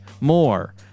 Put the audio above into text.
more